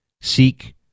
seek